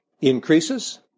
increases